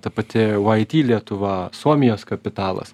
ta pati yit lietuva suomijos kapitalas